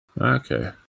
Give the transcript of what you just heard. Okay